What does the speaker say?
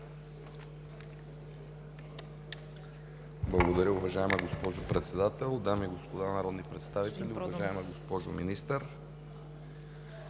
Благодаря. Уважаема госпожо Председател, дами и господа народни представители! Уважаема госпожо Министър,